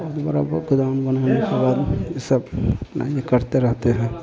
और दोबारा वो गोदाउन बनाने के बाद ये सब अपना ये करते रहते हैं